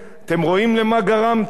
אתם רואים למה גרמתם?